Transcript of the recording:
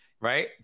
right